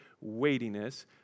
weightiness